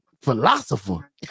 philosopher